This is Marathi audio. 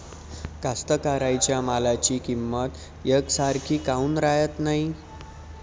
कास्तकाराइच्या मालाची किंमत यकसारखी काऊन राहत नाई?